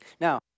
Now